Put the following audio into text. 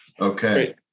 Okay